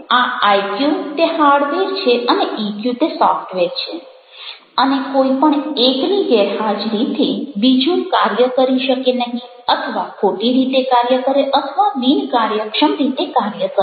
આ આઇક્યુ તે હાર્ડવેર છે અને ઇક્યુ તે સોફ્ટવેર છે અને કોઈ પણ એકની ગેરહાજરીથી બીજું કાર્ય કરી શકે નહીં અથવા ખોટી રીતે કાર્ય કરે અથવા બિનકાર્યક્ષમ રીતે કાર્ય કરે